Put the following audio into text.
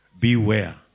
beware